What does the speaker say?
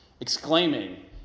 exclaiming